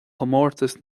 comórtas